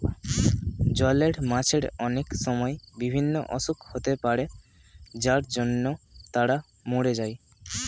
জলের মাছের অনেক সময় বিভিন্ন অসুখ হতে পারে যার জন্য তারা মোরে যায়